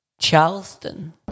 Charleston